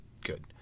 Good